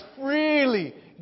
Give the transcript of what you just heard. freely